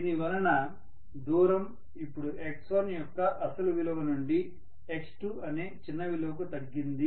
దీనివల్ల దూరం ఇప్పుడు x1 యొక్క అసలు విలువ నుండి x2 అనే చిన్న విలువకు తగ్గింది